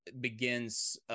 begins